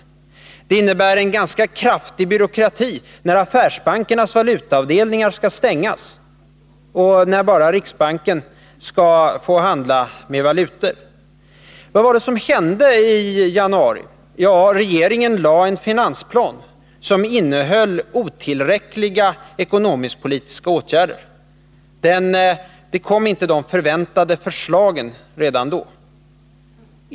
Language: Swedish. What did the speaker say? Vidare innebär det en ganska kraftig byråkrati, om affärsbankernas valutaavdelningar skall stängas och bara riksbanken får handla med valutor. Vad var det som hände i januari? Regeringen lade fram en finansplan som innehöll otillräckliga ekonomisk-politiska åtgärder. De förväntade förslagen kom inte redan då.